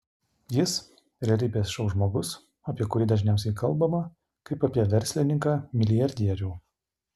jis realybės šou žmogus apie kurį dažniausiai kalbama kaip apie verslininką milijardierių